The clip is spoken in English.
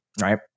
right